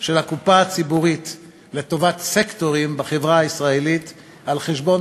של הקופה הציבורית לטובת סקטורים בחברה הישראלית על חשבון